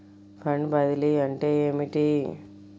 Fund బదిలీ అంటే ఏమిటి?